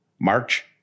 March